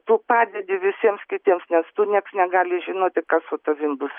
tu padedi visiems kitiems nes tu nieks negali žinoti kas su tavim bus